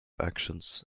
actions